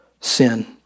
sin